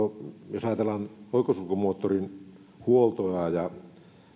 jos ajatellaan oikosulkumoottorin huoltoa ja